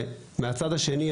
ומהצד השני,